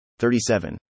37